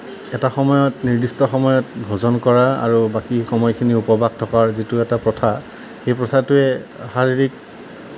এটা সময়ত নিৰ্দিষ্ট সময়ত ভোজন কৰা আৰু বাকী সময়খিনি উপবাস থকাৰ যিটো এটা প্ৰথা সেই প্ৰথাটোৱে শাৰিৰীক